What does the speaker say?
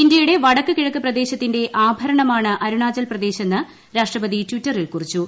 ഇന്ത്യയുടെ വടക്ക് കിഴക്ക് പ്രദേശത്തന്റെ ആഭരണമാണ് അരുണാചൽപ്രദേശ് എന്ന് രാഷ്ട്രപതി ട്വിറ്ററിൽ കുറിച്ചു